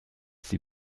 sie